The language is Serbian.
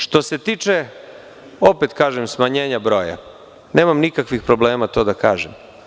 Što se tiče, opet kažem smanjenja broja, nemam nikakvih problema to da kažem.